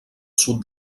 sud